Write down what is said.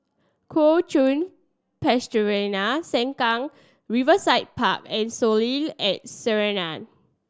Kuo Chuan Sengkang Riverside Park and Soleil and Sinaran